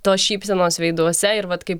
tos šypsenos veiduose ir vat kaip